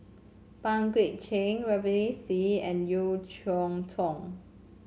Pang Guek Cheng Ravinder Singh and Yeo Cheow Tong